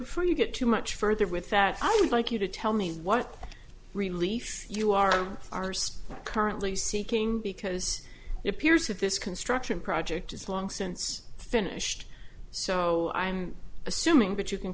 eisenberg for you get too much further with that i would like you to tell me what relief you are arsed currently seeking because it appears that this construction project is long since finished so i'm assuming that you can